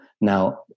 now